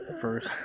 first